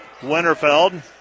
Winterfeld